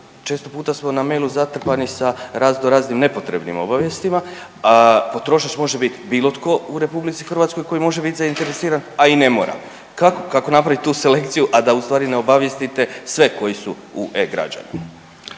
često puta smo na mailu zatrpani sa raznoraznim nepotrebnim obavijestima, potrošač može bilo tko u RH koji može biti zainteresiran, a i ne mora. Kako napraviti tu selekciju, a da ustvari ne obavijestite sve koji su u e-Građani.